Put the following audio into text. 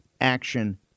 action